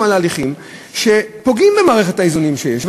על הליכים שפוגעים במערכת האיזונים שיש,